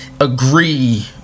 agree